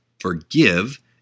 Forgive